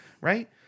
right